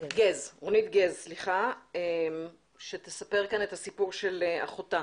שתספר כאן את הסיפור של אחותה.